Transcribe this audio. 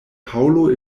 paŭlo